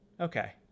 Okay